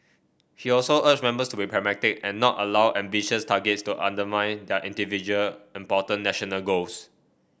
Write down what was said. he also urged members to be pragmatic and not allow ambitious targets to undermine their individual important national goals